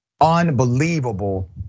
unbelievable